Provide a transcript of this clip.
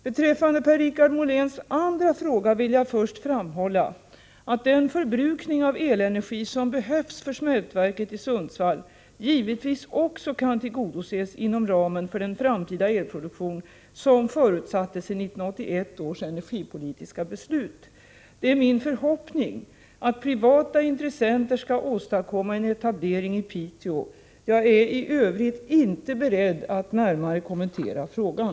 Beträffande Per-Richard Moléns andra fråga vill jag först framhålla att den förbrukning av elenergi som behövs för smältverket i Sundsvall givetvis också kan tillgodoses inom ramen för den framtida elproduktion som förutsattes i 1981 års energipolitiska beslut. Det är min förhoppning att privata intressenter skall åstadkomma en etablering i Piteå. Jag är i övrigt inte beredd att närmare kommentera frågan.